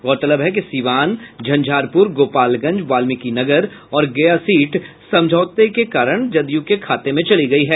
गौरतलब है कि सिवान झंझारपुर गोपालगंज बाल्मिकीनगर और गया सीट समझौते के कारण जदयू के खाते में चली गयी है